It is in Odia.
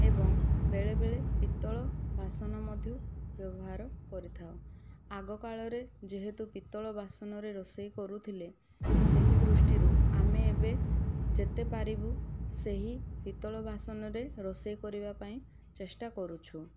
ଏବଂ ବେଳେବେଳେ ପିତ୍ତଳ ବାସନ ମଧ୍ୟ ବ୍ୟବହାର କରିଥାଉ ଆଗ କାଳରେ ଯେହେତୁ ପିତ୍ତଳ ବାସନରେ ରୋଷେଇ କରୁଥିଲେ ସେହି ଦୃଷ୍ଟି ରୁ ଆମେ ଏବେ ଯେତେପାରିବୁ ସେହି ପିତ୍ତଳ ବାସନରେ ରୋଷେଇ କରିବା ପାଇଁ ଚେଷ୍ଟା କରୁଛୁ